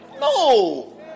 no